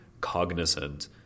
cognizant